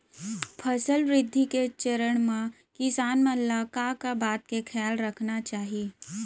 फसल वृद्धि के चरण म किसान मन ला का का बात के खयाल रखना चाही?